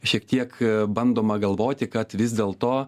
šiek tiek bandoma galvoti kad vis dėl to